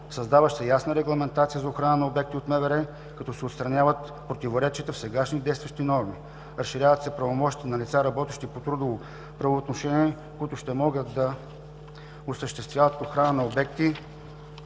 Създава се ясна регламентация за охраната на обекти от МВР, като се отстраняват противоречията в сега действащите норми. Разширяват се правомощията на лица, работещи по трудово правоотношение, които ще могат да осъществяват охрана на обекти,